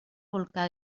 volcà